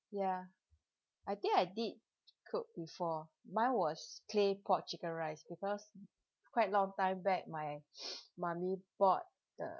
ya I think I did cook before mine was claypot chicken rice because quite long time back my mummy bought the